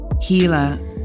healer